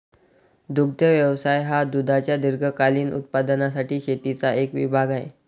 दुग्ध व्यवसाय हा दुधाच्या दीर्घकालीन उत्पादनासाठी शेतीचा एक विभाग आहे